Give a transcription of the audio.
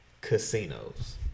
casinos